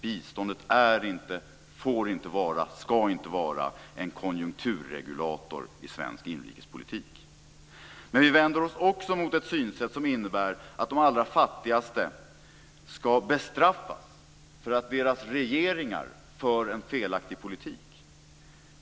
Biståndet är inte, får inte vara, ska inte vara, en konjunkturregulator i svensk inrikespolitik. Vi vänder oss också mot ett synsätt som innebär att de allra fattigaste ska bestraffas för att deras regeringar för en felaktig politik.